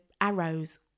arrows